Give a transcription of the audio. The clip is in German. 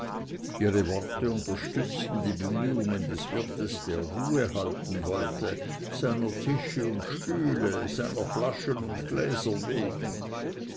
ihre worte unterstützten die bemühungen des wirtes der ruhe halten wollte seiner tische und stühle seiner flaschen und gläser wegen